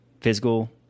physical